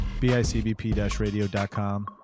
BICBP-radio.com